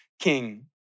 king